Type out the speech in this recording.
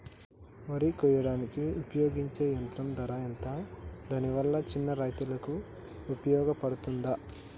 వరి కొయ్యడానికి ఉపయోగించే యంత్రం ధర ఎంత దాని వల్ల చిన్న రైతులకు ఉపయోగపడుతదా?